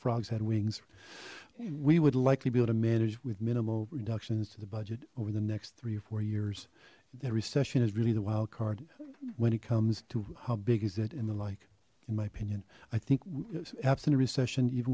frogs had wings we would likely be able to manage with minimal reductions to the budget over the next three or four years the recession is really the wild card when it comes to how big is it and the like in my opinion i think absent a recession even